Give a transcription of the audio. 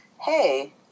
hey